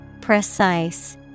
Precise